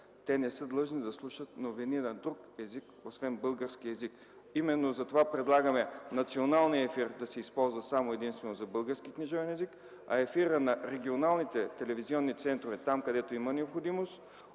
Те не са длъжни да слушат новини на друг език освен на български език. Именно затова предлагаме националният ефир да се използва само и единствено за българския книжовен език, а ефирът на регионалните телевизионни центрове, там където има необходимост